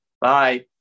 Bye